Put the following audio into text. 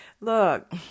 look